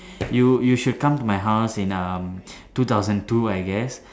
you you should come to my house in um two thousand two I guess